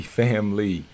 family